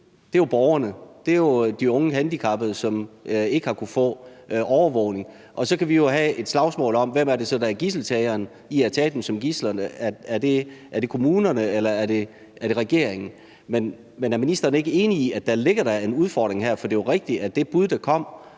er jo borgerne; det er jo de unge handicappede, som ikke har kunnet få overvågning. Og så kan vi jo have et slagsmål om, hvem det så er, der er gidseltageren – er det kommunerne, eller er det regeringen? Men er ministeren ikke enig i, at der da ligger en udfordring her? For det er jo rigtigt, at det bud, der kom